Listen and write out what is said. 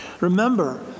Remember